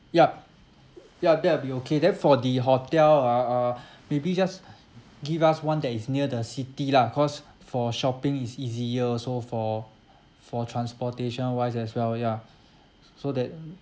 yup ya that'll be okay then for the hotel ah uh maybe just give us one that is near the city lah cause for shopping is easier also for for transportation wise as well ya so that